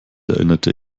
erinnerte